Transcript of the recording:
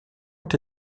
ont